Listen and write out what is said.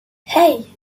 hey